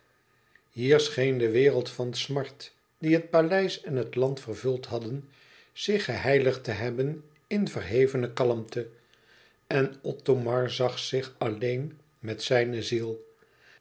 hier scheen de wereld van smart die het paleis en het land vervuld hadden zich geheiligd te hebben in verhevene kalmte en othomar zag zich alleen met zijne ziel